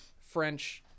French